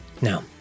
Now